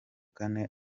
kane